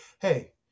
hey